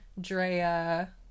Drea